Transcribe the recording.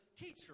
teacher